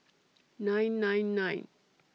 nine nine nine